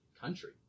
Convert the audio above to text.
country